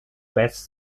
best